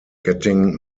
getting